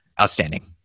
outstanding